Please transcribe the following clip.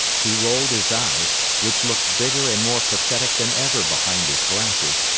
he rolled his eyes, which looked bigger and more pathetic than ever behind his glasses,